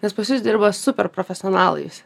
nes pas jus dirba super profesionalai visi